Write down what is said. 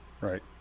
Right